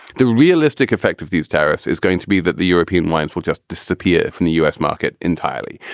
the realistic effect of these tariffs is going to be that the european wines will just disappear from the u s. market entirely.